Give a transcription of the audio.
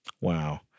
Wow